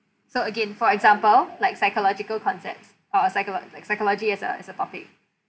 so again for example like psychological concepts or psyco~ psychology as a as a topic